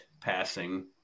passing